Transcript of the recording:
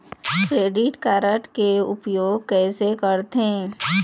Credit card के उपयोग कैसे करथे?